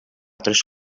tres